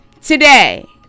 Today